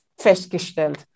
festgestellt